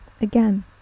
Again